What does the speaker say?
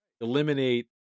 eliminate